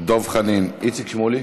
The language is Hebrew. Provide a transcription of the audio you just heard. דב חנין, איציק שמולי.